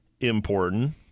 important